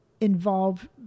involve